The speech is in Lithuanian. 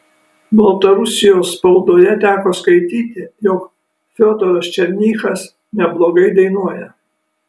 baltarusijos spaudoje teko skaityti jog fiodoras černychas neblogai dainuoja